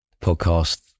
podcast